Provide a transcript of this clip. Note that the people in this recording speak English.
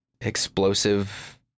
explosive